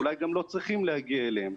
אולי גם לא צריכים להגיע אליהם.